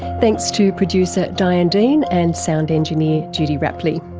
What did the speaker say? thanks to producer diane dean and sound engineer judy rapley.